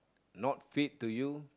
not fit to you